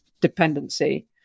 dependency